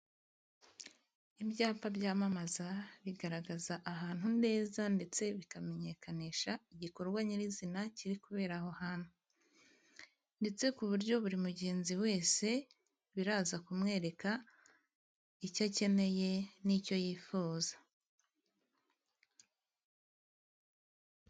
Ibyapa byamamaza bigaragaza ahantu neza， ndetse bikamenyekanisha igikorwa nyirizina kiri kubera aho hantu， ndetse ku buryo buri mugenzi wese biraza kumwereka icyo akeneye n'icyo yifuza.